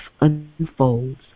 unfolds